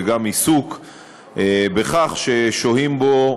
וגם עיסוק בנוגע לכך ששוהים בו,